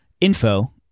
info